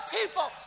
people